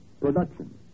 Production